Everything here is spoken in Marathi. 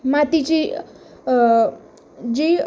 मातीची जी